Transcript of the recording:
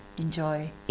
Enjoy